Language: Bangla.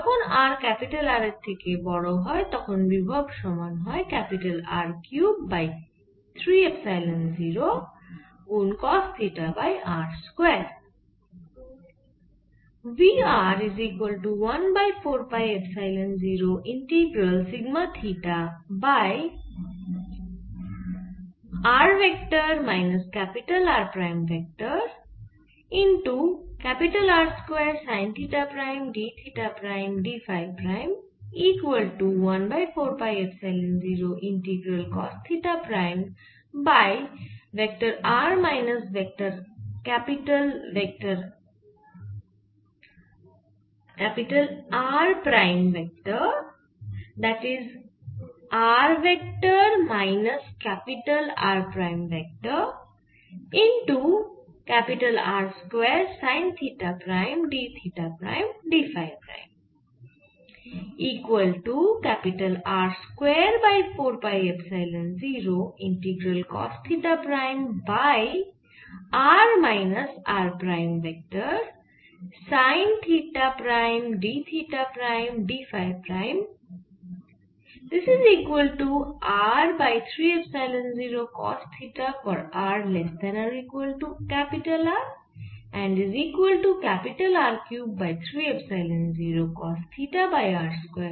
যখন r ক্যাপিটাল R এর থেকে বড় হয় তখন বিভব সমান হয় R কিউব বাই 3 এপসাইলন 0 গুন cos theta by r square